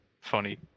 funny